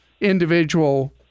individual